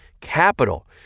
capital